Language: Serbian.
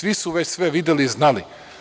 Svi su već sve videli i znali.